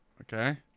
Okay